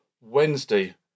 Wednesday